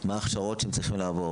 מה ההכשרות שהם צריכים לעבור?